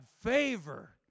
favor